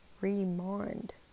remind